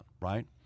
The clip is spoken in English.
right